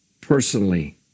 personally